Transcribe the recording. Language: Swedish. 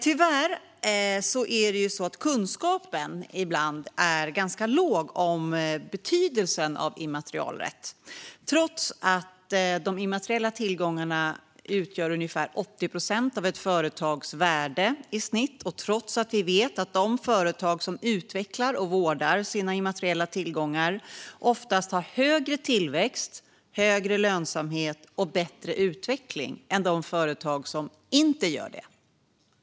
Tyvärr är kunskapen om betydelsen av immaterialrätt ofta ganska låg, trots att de immateriella tillgångarna utgör cirka 80 procent av ett företags värde i snitt. Vi vet de företag som utvecklar och vårdar sina immateriella tillgångar ofta har högre tillväxt, högre lönsamhet och bättre utveckling än de företag som inte gör det.